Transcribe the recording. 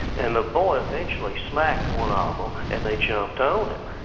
and the boy eventually smacked one ah of them and they jumped on him